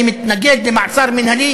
אני מתנגד למעצר מינהלי,